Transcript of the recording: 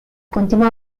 continuò